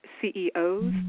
CEOs